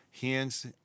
hands